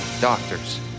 doctors